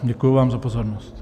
Děkuji vám za pozornost.